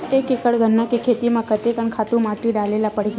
एक एकड़ गन्ना के खेती म कते कन खातु माटी डाले ल पड़ही?